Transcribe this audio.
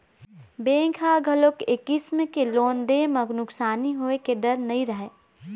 bank ह घलोक ए किसम के लोन दे म नुकसानी होए के डर नइ रहय